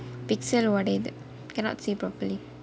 pixel what they cannot see properly